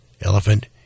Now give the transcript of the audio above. elephant